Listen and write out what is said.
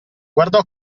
guardò